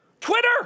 Twitter